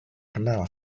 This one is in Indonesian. kenal